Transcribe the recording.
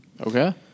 Okay